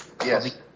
Yes